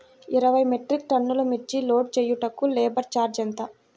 ఇరవై మెట్రిక్ టన్నులు మిర్చి లోడ్ చేయుటకు లేబర్ ఛార్జ్ ఎంత?